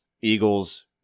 Eagles